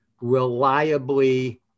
reliably